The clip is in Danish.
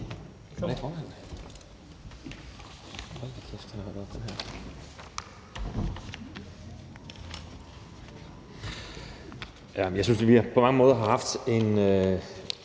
Jeg synes, vi på mange måder har haft en